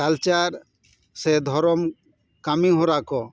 culture ᱥᱮ ᱫᱷᱚᱨᱚᱢ ᱠᱟᱹᱢᱤ ᱦᱚᱨᱟ ᱠᱚ